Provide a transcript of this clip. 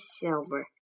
silver